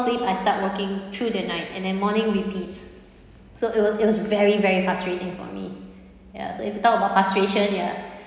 sleep I start working through the night and then morning repeats so it was it was very very frustrating for me ya so if you talk about frustration ya